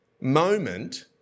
moment